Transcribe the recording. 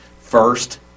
first